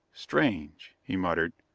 strange. he muttered.